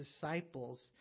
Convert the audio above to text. disciples